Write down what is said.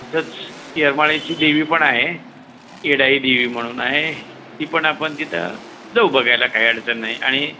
तसंच येरमाळ्याची देवी पण आहे येडाई देवी म्हणून आहे ती पण आपण तिथं जाऊ बघायला काही अडचण नाही आणि